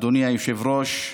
אדוני היושב-ראש,